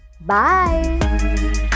Bye